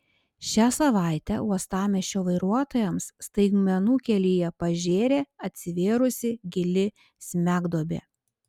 šią savaitę uostamiesčio vairuotojams staigmenų kelyje pažėrė atsivėrusi gili smegduobė